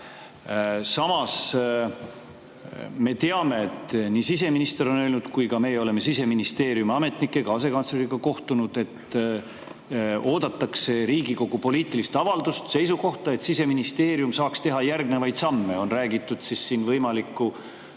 Samas me teame, et siseminister on öelnud – meie oleme ka Siseministeeriumi ametnikega ja asekantsleriga kohtunud –, et oodatakse Riigikogu poliitilist avaldust, seisukohta, et Siseministeerium saaks teha järgnevaid samme. On räägitud isegi Nevski